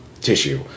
tissue